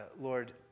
Lord